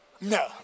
No